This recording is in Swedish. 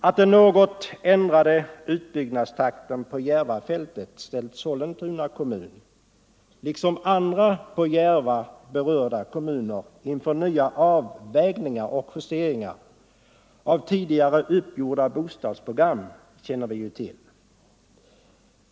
Att den något ändrade utbyggnadstakten på Järvafältet ställt Sollentuna kommun liksom andra på Järva berörda kommuner inför nya avvägningar och justeringar av tidigare uppgjorda bostadsprogram känner vi till.